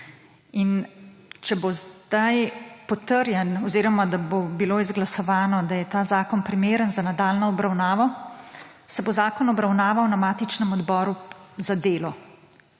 Če bo zdaj potrjeno oziroma bo izglasovano, da je ta zakon primeren za nadaljnjo obravnavo, se bo zakon obravnaval na matičnem odboru za delo.